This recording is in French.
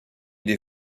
des